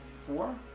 four